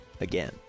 again